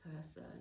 person